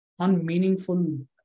unmeaningful